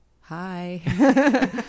hi